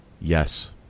yes